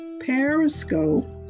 Periscope